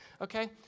okay